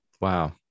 Wow